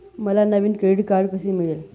मला नवीन credit card कसे मिळेल?